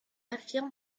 affirme